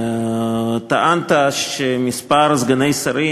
טענת שכמה סגני שרים,